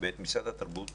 ואת משרד התרבות.